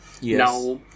Yes